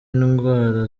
indwara